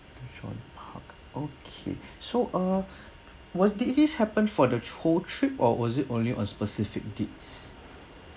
john park okay so uh what did this happen for the whole trip or was it only on specific dates